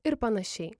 ir panašiai